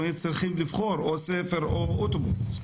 היינו צריכים לבחור או ספר או אוטובוס.